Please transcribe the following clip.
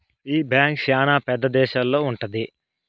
ఈ బ్యాంక్ శ్యానా పెద్ద దేశాల్లో ఉంటది